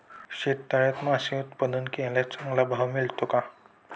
शेततळ्यात मासे उत्पादन केल्यास चांगला भाव मिळतो का?